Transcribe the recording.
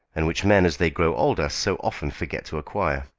and which men as they grow older so often forget to acquire.